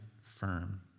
firm